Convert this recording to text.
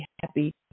happy